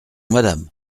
madame